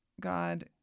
God